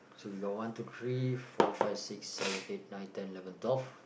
so we got one two three four five six seven eight nine ten eleven twelve